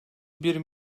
bir